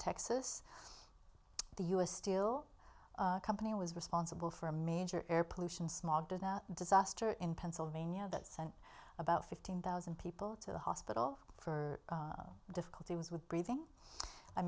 texas the u s steel company was responsible for a major air pollution smog do that disaster in pennsylvania that sent about fifteen thousand people to the hospital for difficulty was with breathing i